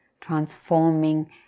transforming